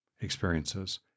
experiences